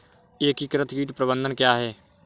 एकीकृत कीट प्रबंधन क्या है?